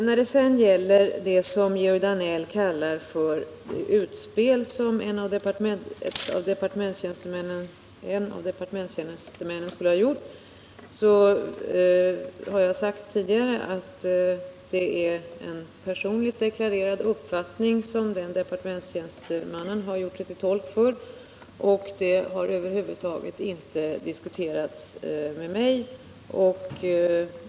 När det gäller det som Georg Danell kallar för utspel, som en av departementstjänstemännen skulle ha gjort, har jag tidigare sagt att det är en personlig uppfattning som den departementstjänstemannen har gjort sig till tolk för och som han över huvud taget inte har diskuterat med mig.